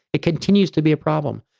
it continues to be a problem.